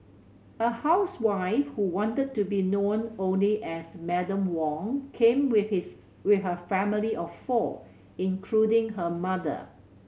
a housewife who wanted to be known only as Madam Wong came with his with her family of four including her mother